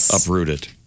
uprooted